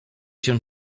się